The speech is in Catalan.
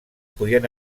podien